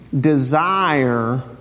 desire